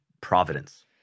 providence